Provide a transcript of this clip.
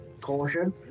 caution